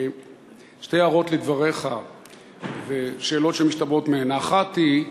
שתי הערות על דבריך ושאלות שמשתמעות מהן: האחת היא,